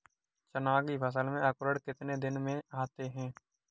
चना की फसल में अंकुरण कितने दिन में आते हैं?